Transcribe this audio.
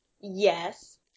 Yes